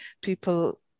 people